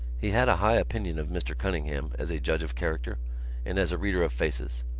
he had a high opinion of mr. cunningham as a judge of character and as a reader of faces.